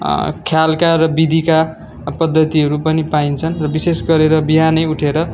ख्यालका र विधिका पद्धतिहरू पनि पाइन्छन् र विशेष गरेर बिहानै उठेर